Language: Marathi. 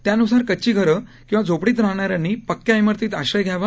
त्यानुसार कच्ची घरं किंवा झोपडीत राहणाऱ्यांनी पक्क्या इमारतीत आश्रय घ्यावा